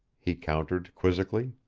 he countered quizzically.